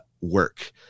work